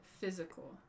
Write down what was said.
physical